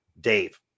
Dave